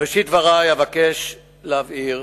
בראשית דברי אבקש להבהיר